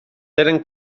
tenen